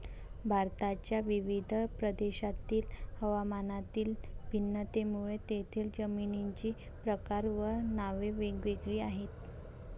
भारताच्या विविध प्रदेशांतील हवामानातील भिन्नतेमुळे तेथील जमिनींचे प्रकार व नावे वेगवेगळी आहेत